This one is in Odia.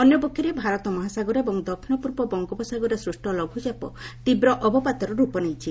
ଅନ୍ୟପକ୍ଷରେ ଭାରତ ମହାସାଗର ଏବଂ ଦକ୍ଷିଣପୂର୍ବ ବଙ୍ଗୋପସାଗରରେ ସୂଷ ଲଘୁଚାପ ତୀବ୍ ଅବପାତର ରୂପ ନେଇଛି